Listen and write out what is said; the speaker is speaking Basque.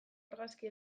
argazki